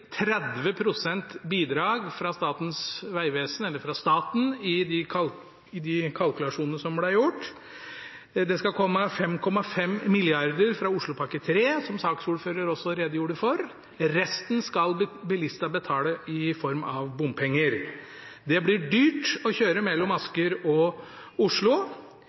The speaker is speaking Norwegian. skal komme 5,5 mrd. kr fra Oslopakke 3, som saksordføreren redegjorde for. Resten skal bilistene betale i form av bompenger. Det blir dyrt å kjøre mellom Asker og Oslo,